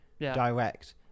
direct